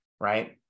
right